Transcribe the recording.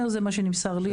זה מה שנמסר לי.